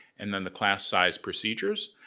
and then the class size procedures.